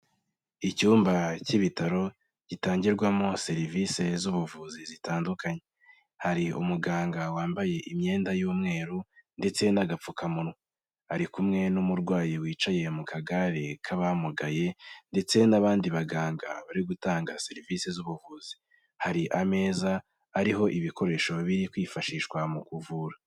Icyumba cy'ibitaro gitangirwamo serivisi z'ubuvuzi zitandukanye, hari umuganga wambaye imyenda y'umweru ndetse n'agapfukamunwa, ari kumwe n'umurwayi wicaye mu kagare k'abamugaye, ndetse n'abandi baganga bari gutanga serivisi z'ubuvuzi, hari ameza ariho ibikoresho biri kwifashishwa mu kuvura.